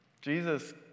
Jesus